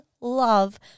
love